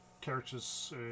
characters